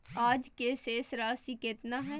आज के शेष राशि केतना हइ?